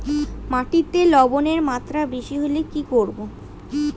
মাটিতে লবণের মাত্রা বেশি হলে কি করব?